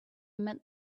met